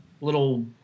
little